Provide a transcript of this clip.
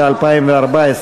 משק סגור אלעד,